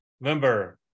member